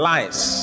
Lies